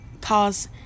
cause